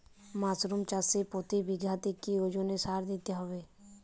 Mushroom চাষে প্রতি বিঘাতে কি ওজনে সার দিতে হবে?